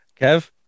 Kev